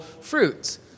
fruits